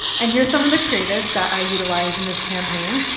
and here's some of the creatives that i utilised in this campaign.